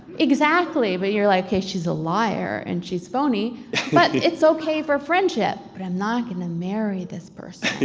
exactly, but you're like, hey, she's a liar and she's phony, but it's okay for friendship, but i'm not gonna marry this person.